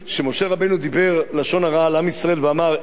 לשון הרע על עם ישראל ואמר "והן לא יאמינו לי",